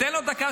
תן לו דקה,